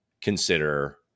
consider